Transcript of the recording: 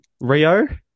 Rio